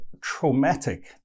traumatic